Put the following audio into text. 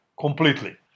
completely